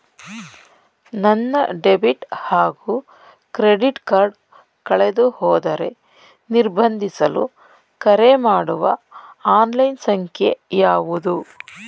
ನನ್ನ ಡೆಬಿಟ್ ಹಾಗೂ credit card ಕಳೆದುಹೋದರೆ ನಿರ್ಬಂಧಿಸಲು ಕರೆಮಾಡುವ ಆನ್ಲೈನ್ ಸಂಖ್ಯೆಯಾವುದು?